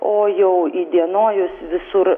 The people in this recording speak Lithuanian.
o jau įdienojus visur